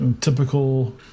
typical